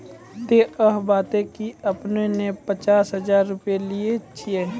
ते अहाँ बता की आपने ने पचास हजार रु लिए छिए?